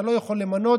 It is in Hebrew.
אתה לא יכול למנות